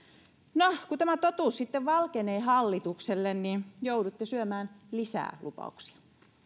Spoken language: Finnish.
no kun tämä totuus sitten valkenee hallitukselle joudutte syömään lisää lupauksia